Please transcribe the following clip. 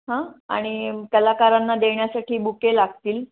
हां आणि कलाकारांना देण्यासाठी बुके लागतील